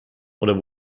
oder